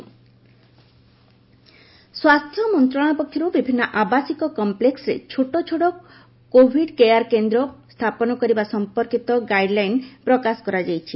Covid facility ସ୍ୱାସ୍ଥ୍ୟ ମନ୍ତ୍ରଣାଳୟ ପକ୍ଷରୁ ବିଭିନ୍ନ ଆବାସିକ କପ୍ଲେକ୍ସରେ ଛୋଟଛୋଟ କୋଭିଡ୍ କେୟାର କେନ୍ଦ୍ର ସ୍ଥାପନ କରିବା ସଂପର୍କିତ ଗାଇଡ୍ ଲାଇନ୍ ପ୍ରକାଶ କରାଯାଇଛି